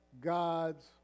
god's